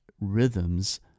rhythms